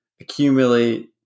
accumulate